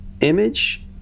image